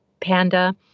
Panda